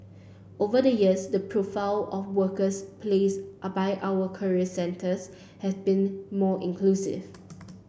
over the years the profile of workers placed are by our career centres has become more inclusive